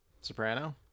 Soprano